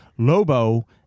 Lobo